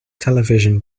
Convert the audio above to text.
television